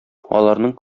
аларның